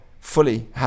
fully